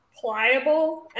pliable